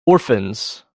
orphans